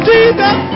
Jesus